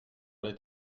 aller